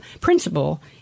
principle